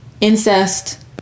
Incest